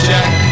Jack